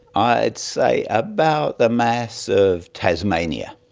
i'd say about the mass of tasmania.